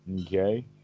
Okay